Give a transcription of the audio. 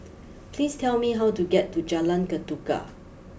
please tell me how to get to Jalan Ketuka